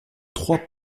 trois